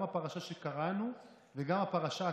גם הפרשה שקראנו וגם הפרשה הקרובה,